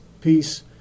peace